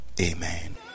Amen